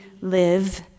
live